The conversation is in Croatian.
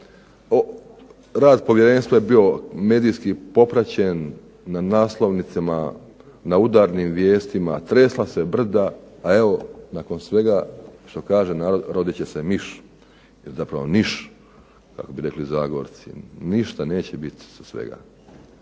rad povjerenstva je bio medijski popraćen na naslovnicima, na udarnim vijestima. Tresla se brda, a evo nakon svega što kaže narod rodit će se miš ili zapravo niš kako bi rekli zagorci. Ništa neće biti od svega.